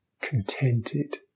contented